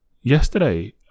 yesterday